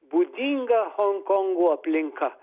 būdinga honkongo aplinka